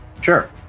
Sure